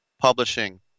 Publishing